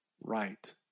right